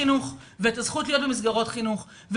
לחינוך והזכות להיות במסגרות החינוך בדיוק כמו לכל ילד אחר,